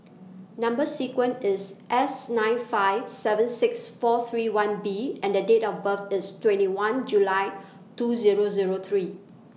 Number sequence IS S nine five seven six four three one B and Date of birth IS twenty one July two Zero Zero three